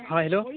ହଁ ହ୍ୟାଲୋ